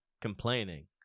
complaining